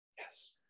Yes